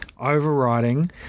overriding